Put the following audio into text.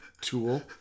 tool